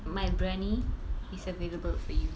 my briyani is available for you